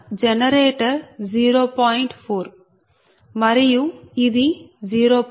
4 మరియు ఇది 0